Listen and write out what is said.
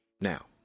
Now